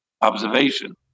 observation